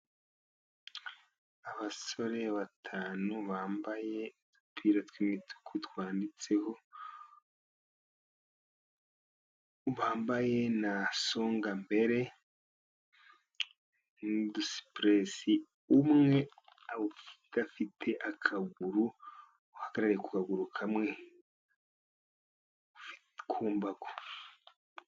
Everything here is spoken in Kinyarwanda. Abasore batanu bambaye udupira tw'imituku twanditseho, bambaye na songa mbere, nudusipuresi umwe udafite akaguru uhagaraye ku kaguru kamwe kumbago.